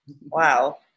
Wow